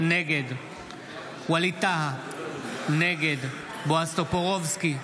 נגד ווליד טאהא, נגד בועז טופורובסקי,